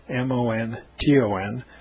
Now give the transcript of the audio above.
M-O-N-T-O-N